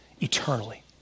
eternally